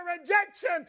rejection